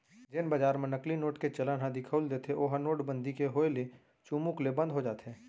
जेन बजार म नकली नोट के चलन ह दिखउल देथे ओहा नोटबंदी के होय ले चुमुक ले बंद हो जाथे